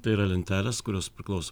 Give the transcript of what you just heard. tai yra lentelės kurios priklauso